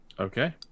Okay